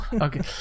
Okay